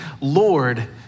Lord